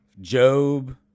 Job